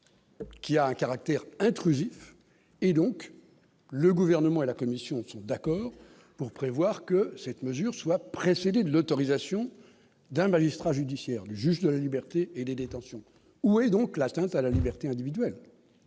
qui a un caractère intrusif et donc le gouvernement et la commission sont d'accord pour prévoir que cette mesure soit précédé l'autorisation d'un magistrat judiciaire du juge de la liberté et des détentions où est donc l'atteinte à la liberté individuelle,